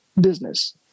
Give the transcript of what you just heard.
business